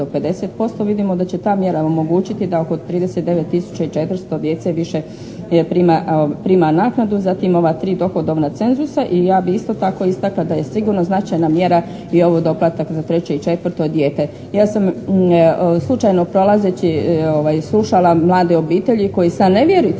40-50% vidimo da će ta mjera omogućiti da oko 39 tisuća i 400 djece više prima naknadu. Zatim ovo tri dohodovna cenzusa i ja bih isto tako istakla da je sigurno značajna mjera i ovo doplatak za treće i četvrto dijete. Ja sam slučajno prolazeći slušala mlade obitelji koje sa nevjericom